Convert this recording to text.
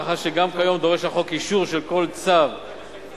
מאחר שגם כיום דורש החוק אישור של כל צו המגדיל